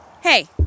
Hey